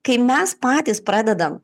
kai mes patys pradedam